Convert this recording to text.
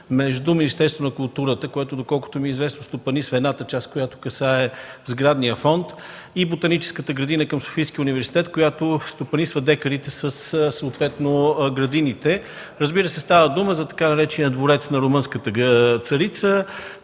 между Министерството на културата, което, доколкото ми е известно, стопанисва едната част, която касае сградния фонд, и Ботаническата градина към Софийския университет „Св. Климент Охридски”, която стопанисва декарите с градините. Разбира се, става дума за така наречения Дворец на румънската царица.